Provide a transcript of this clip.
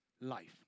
life